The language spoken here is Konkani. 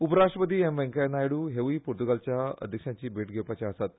उपरराष्ट्रपती एम वेंकय्या नायडू हेवूय पुर्तुगालच्या अध्यक्षाची भेट घेवपाचे आसात